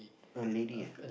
a lady ah